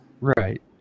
right